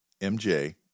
MJ